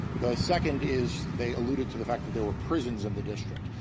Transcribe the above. the second is they alluded to the fact that there were prisons in the district.